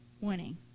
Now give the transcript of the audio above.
winning